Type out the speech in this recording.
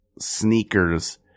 sneakers